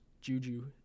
Juju